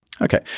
Okay